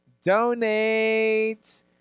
donate